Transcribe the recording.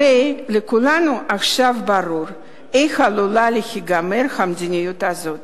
הרי לכולנו ברור עכשיו איך עלולה להיגמר המדיניות הזאת.